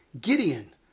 Gideon